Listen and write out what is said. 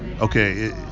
okay